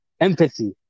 Empathy